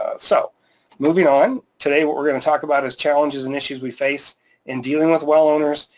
so moving on. today, what we're gonna talk about is challenges and issues we face in dealing with well owners,